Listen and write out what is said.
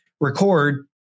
record